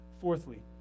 Fourthly